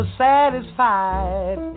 satisfied